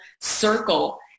circle